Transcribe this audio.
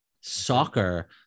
Soccer